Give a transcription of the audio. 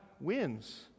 wins